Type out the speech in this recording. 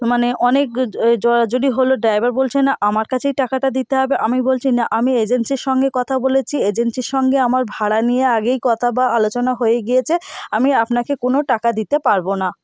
মানে অনেক জড়াজড়ি হলো ড্রাইভার বলছে না আমার কাছেই টাকাটা দিতে হবে আমি বলছি না আমি এজেন্সির সঙ্গে কথা বলেছি এজেন্সির সঙ্গে আমার ভাড়া নিয়ে আগেই কতা বা আলোচনা হয়ে গিয়েছে আমি আপনাকে কোনো টাকা দিতে পারবো না